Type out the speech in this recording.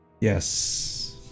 yes